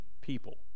people